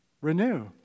Renew